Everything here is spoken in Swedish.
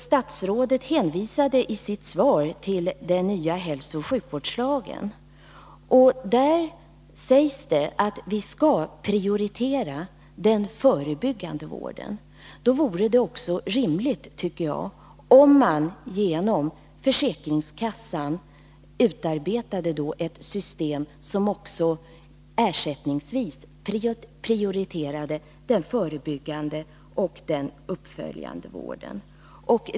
Statsrådet hänvisade i sitt svar till den nya hälsooch sjukvårdslagen. Där utsägs att vi skall prioritera den förebyggande vården. Då vore det också rimligt, tycker jag, om man genom försäkringskassan utarbetade ett system som också ersättningsvis prioriterade den förebyggande och den uppföljande vården.